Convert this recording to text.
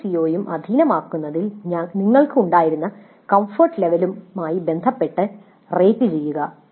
ഓരോ സിഒയും അധീനമാക്കുന്നതിൽ നിങ്ങൾക്ക് ഉണ്ടായിരുന്ന കംഫർട്ട് ലെവലുമായി ബന്ധപ്പെട്ട് റേറ്റുചെയ്യുക